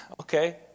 Okay